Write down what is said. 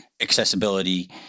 accessibility